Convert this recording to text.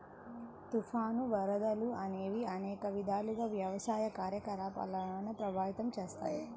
తుఫాను, వరదలు అనేవి అనేక విధాలుగా వ్యవసాయ కార్యకలాపాలను ప్రభావితం చేస్తాయి